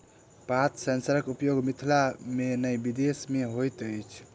पात सेंसरक उपयोग मिथिला मे नै विदेश मे होइत अछि